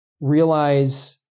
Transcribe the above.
realize